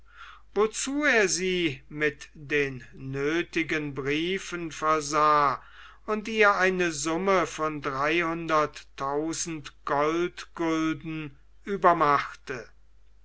wozu er sie mit den nötigen briefen versah und ihr eine summe von dreihunderttausend goldgulden übermachte